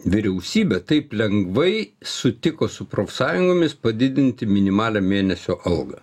vyriausybė taip lengvai sutiko su profsąjungomis padidinti minimalią mėnesio algą